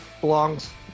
belongs